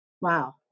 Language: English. Wow